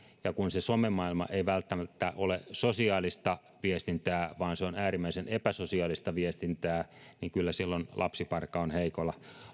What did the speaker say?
kun se some maailma ei välttämättä ole sosiaalista viestintää vaan se on äärimmäisen epäsosiaalista viestintää niin kyllä silloin lapsiparka on heikoilla